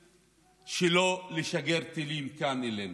שלו לשגר טילים לכאן, אלינו.